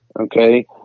okay